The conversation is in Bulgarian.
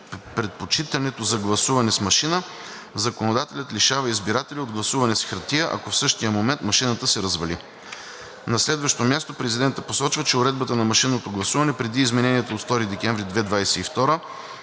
предпочитането за гласуване с машина, законодателят лишава избирателя от гласуване с хартия, ако в същия момент машината се развали. На следващо място президентът посочва, че уредбата на машинното гласуване преди измененията от 2 декември 2022